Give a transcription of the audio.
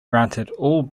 all